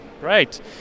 Great